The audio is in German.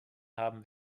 haben